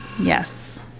Yes